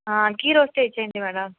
ఘీ రోస్టే ఇచ్చేయండి మేడం